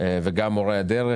וגם מורי הדרך.